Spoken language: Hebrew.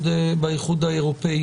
באיחוד האירופי